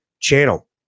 Channel